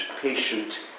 patient